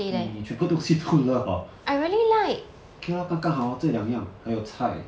你你全部东西都 love hor okay lor 刚刚好 lor 这两样还有菜